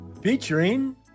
Featuring